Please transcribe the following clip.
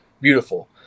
beautiful